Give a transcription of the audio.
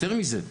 יותר מזה,